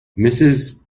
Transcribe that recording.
mrs